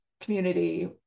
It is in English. community